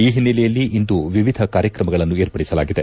ಈ ಹಿನ್ನೆಲೆಯಲ್ಲಿ ಇಂದು ವಿವಿಧ ಕಾರ್ಯಕ್ರಮಗಳನ್ನು ವಿರ್ಪಡಿಸಲಾಗಿದೆ